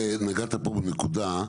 נגעת פה בנקודה,